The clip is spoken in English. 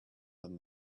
than